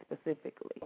specifically